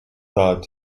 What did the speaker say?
thought